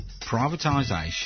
privatisation